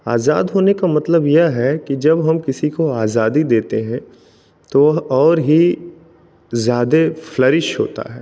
आज़ाद होने का मतलब यह है की जब हम किसी को आज़ादी देते है तो वह और ही ज़्यादा फ्लौरिश होता है